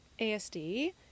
ASD